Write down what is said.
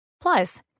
Plus